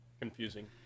confusing